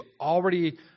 already